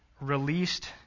released